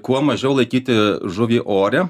kuo mažiau laikyti žuvį ore